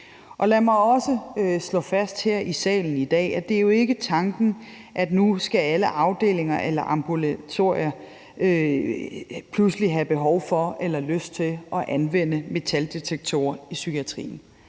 Lad mig også slå fast her i salen i dag, at det jo ikke er tanken, at alle afdelinger eller ambulatorier nu pludselig har behov for eller lyst til at anvende metaldetektorer i psykiatrien.